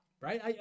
right